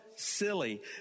silly